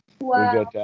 Wow